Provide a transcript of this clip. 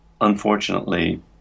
Unfortunately